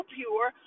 pure